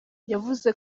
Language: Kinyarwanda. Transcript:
yavuze